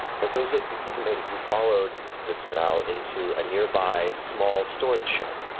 but those of you that made it, you followed this drow into a nearby small storage shed.